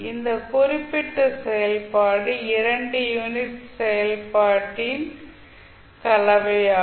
இந்த குறிப்பிட்ட செயல்பாடு இரண்டு யூனிட் ஸ்டெப் செயல்பாட்டின் கலவையாகும்